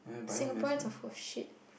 Singaporeans are full of shit